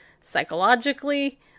psychologically